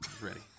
Ready